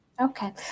Okay